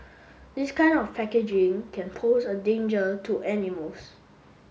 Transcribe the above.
this kind of packaging can pose a danger to animals